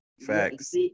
Facts